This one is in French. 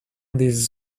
des